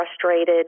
frustrated